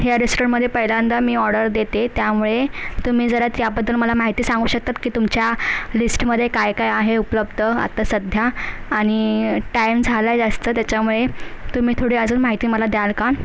ह्या रेस्टॉरंटमध्ये पहिल्यांदा मी ऑर्डर देते त्यामुळे तुम्ही जरा त्याबद्दल मला माहिती सांगू शकतात की तुमच्या लिस्टमध्ये काय काय आहे उपलब्ध आता सध्या आणि टाईम झाला आहे जास्त त्याच्यामुळे तुम्ही थोडी अजून माहिती मला द्याल का